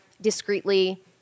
discreetly